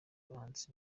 bahanzi